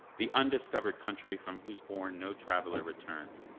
the undiscovered country, from whose bourn no traveller returns,